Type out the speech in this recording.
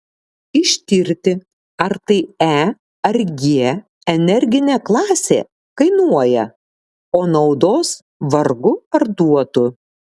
ištirti ar tai e ar g energinė klasė kainuoja o naudos vargu ar duotų